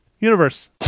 universe